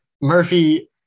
Murphy